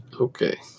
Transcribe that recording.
Okay